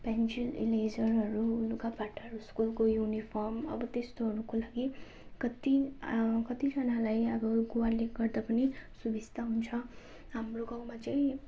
pencil इरेजरहरू लुगा फाटाहरू स्कुलको युनिफर्म अब त्यस्तोहरूको लागि कति कतिजनालाई अब गुवाले गर्दा पनि सुबिस्ता हुन्छ हाम्रो गाउँमा चाहिँ